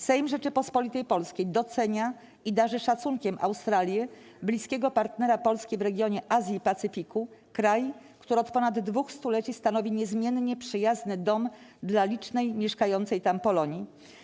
Sejm Rzeczypospolitej Polskiej docenia i darzy szacunkiem Australię - bliskiego partnera Polski w regionie Azji i Pacyfiku, kraj, który od ponad dwóch stuleci stanowi niezmiennie przyjazny dom dla licznej mieszkającej tam Polonii.